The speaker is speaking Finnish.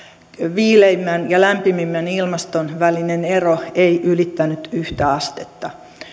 viileimmän ja lämpimimmän ilmaston välinen ero ei ylittänyt yhtä astetta